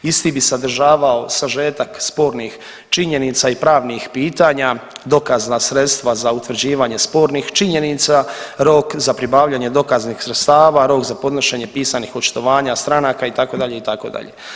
Isti bi sadržavao sažetak spornih činjenica i pravnih pitanja, dokazna sredstva za utvrđivanje spornih činjenica, rok za pribavljanje dokaznih sredstava, rok za podnošenje pisanih očitovanja stranaka itd. itd.